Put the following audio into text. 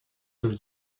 seus